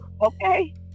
Okay